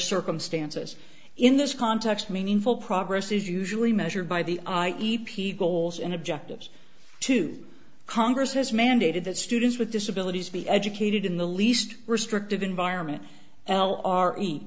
circumstances in this context meaningful progress is usually measured by the i e p goals and objectives to congress has mandated that students with disabilities be educated in the least restrictive environment l r e